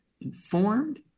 informed